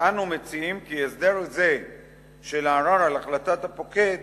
ואנו מציעים כי הסדר זה של הערר על החלטת הפוקד